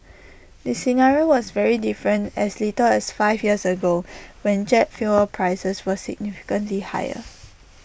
the scenario was very different as little as five years ago when jet fuel prices were significantly higher